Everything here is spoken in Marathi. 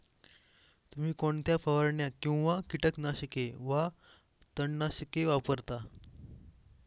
तुम्ही कोणत्या फवारण्या किंवा कीटकनाशके वा तणनाशके वापरता?